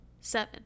Seven